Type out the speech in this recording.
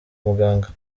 muganga